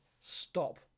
Stop